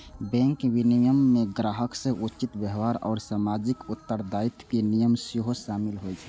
bank विनियमन मे ग्राहक सं उचित व्यवहार आ सामाजिक उत्तरदायित्वक नियम सेहो शामिल होइ छै